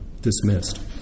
dismissed